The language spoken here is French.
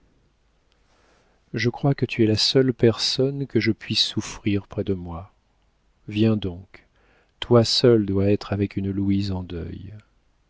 je crois que tu es la seule personne que je puisse souffrir près de moi viens donc toi seule dois être avec une louise en deuil